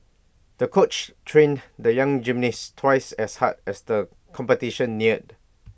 the coach trained the young gymnast twice as hard as the competition neared